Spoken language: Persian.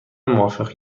موافق